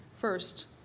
First